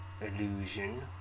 Illusion